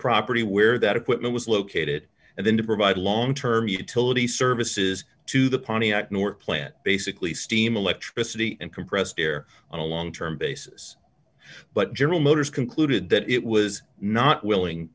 property where that equipment was located and then to provide long term utility services to the pontiac norplant basically steam electricity and compressed air on a long term basis but general motors concluded that it was not willing